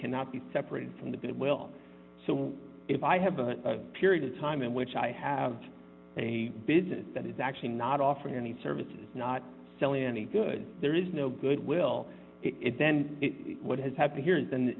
cannot be separated from the goodwill so if i have a period of time in which i have a business that is actually not offering any services not selling any good there is no goodwill it then what has happened here